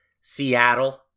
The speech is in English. Seattle